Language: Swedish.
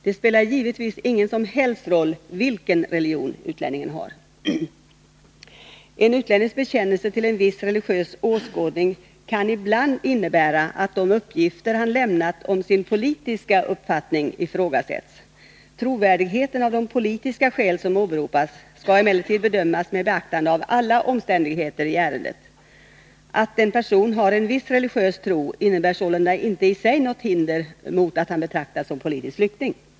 Det spelar givetvis ingen som helst roll vilken religion utlänningen har. En utlännings bekännelse till viss religiös åskådning kan ibland innebära, att de uppgifter han lämnat om sin politiska uppfattning ifrågasätts. Trovärdigheten i de politiska skäl som åberopas skall emellertid bedömas med beaktande av alla omständigheter i ärendet. Att en person har en viss religiös tro innebär sålunda inte i sig något hinder mot att han betraktas som politisk flykting.